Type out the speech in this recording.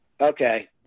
okay